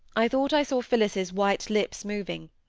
i thought i saw phillis's white lips moving,